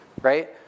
right